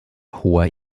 hoher